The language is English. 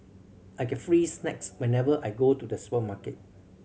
I get free snacks whenever I go to the supermarket